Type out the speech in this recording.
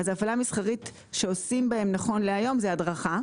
אז הפעלה שעושים בהם נכון להיום זה הדרכה,